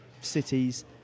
cities